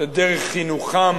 זה דרך חינוכם,